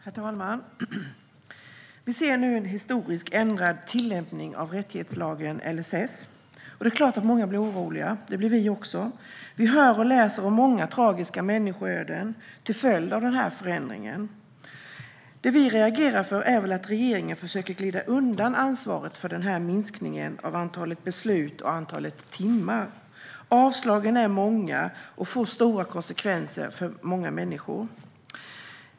Herr talman! Vi ser nu en historisk ändrad tillämpning av rättighetslagen LSS. Det är klart att många blir oroliga. Det blir också vi. Vi hör och läser om många tragiska människoöden till följd av förändringen. Det vi reagerar på är att regeringen försöker glida undan ansvaret för minskningen av antalet beslut och antalet timmar. Avslagen är många och får stora konsekvenser för många människor.